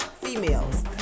females